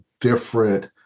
different